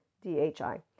D-H-I